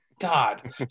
God